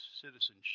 citizenship